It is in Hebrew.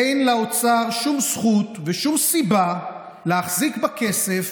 אין לאוצר שום זכות ושום סיבה להחזיק בכסף